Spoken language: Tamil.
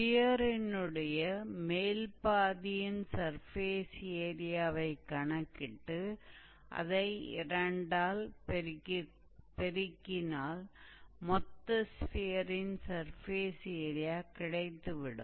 ஸ்பியரினுடைய மேல் பாதியின் சர்ஃபேஸ் ஏரியாவை கணக்கிட்டு அதை இரண்டால் பெருக்கினால் மொத்த ஸ்பியரின் சர்ஃபேஸ் ஏரியா கிடைக்கும்